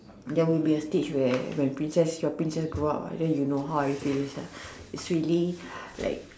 there will be a stage where where princess your princess grow up ah then you know how I feel sia it's really like